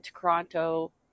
Toronto